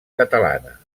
catalana